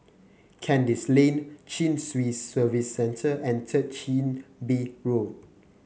Kandis Lane Chin Swee Service Centre and Third Chin Bee Road